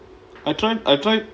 I try I try